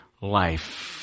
life